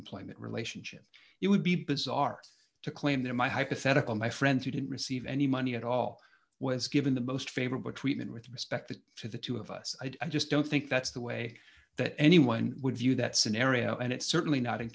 employment relationship it would be bizarre to claim that my hypothetical my friends who didn't receive any money at all was given the most favorable treatment with respect to the two of us i just don't think that's the way that anyone would view that scenario and it's certainly not in